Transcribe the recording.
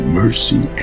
mercy